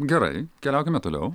gerai keliaukime toliau